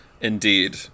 indeed